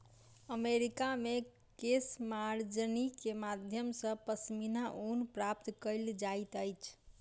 America मे केशमार्जनी के माध्यम सॅ पश्मीना ऊन प्राप्त कयल जाइत अछि